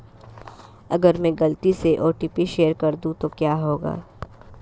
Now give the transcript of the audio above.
अगर मैं गलती से ओ.टी.पी शेयर कर दूं तो क्या होगा?